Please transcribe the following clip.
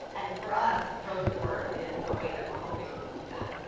and for us, rhode tour is a way that we're hoping to do that.